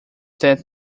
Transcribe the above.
that